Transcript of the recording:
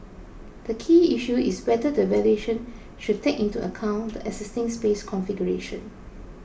the key issue is whether the valuation should take into account the existing space configuration